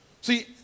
See